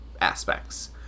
aspects